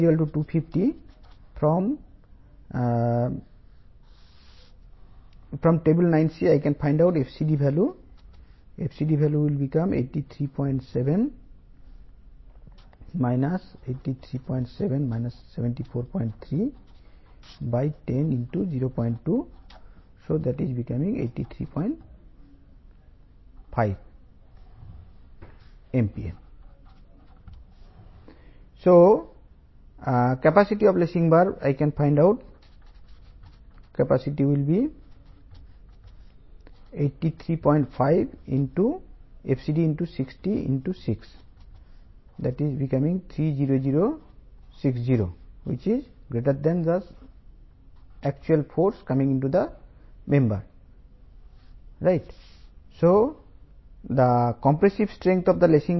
1 of IS 800 2007 మరియు కాబట్టి lacing flat యొక్క టెన్సైల్ స్ట్రెంగ్త్ 67